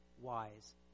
wise